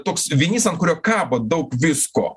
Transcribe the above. toks vinis ant kurio kabo daug visko